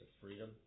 freedom